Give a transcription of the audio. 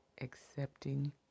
accepting